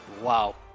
wow